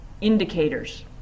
indicators